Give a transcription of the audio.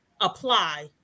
apply